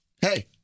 hey